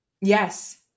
Yes